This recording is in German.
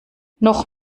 noch